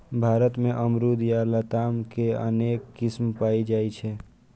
भारत मे अमरूद या लताम के अनेक किस्म पाएल जाइ छै